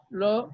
lo